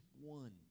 one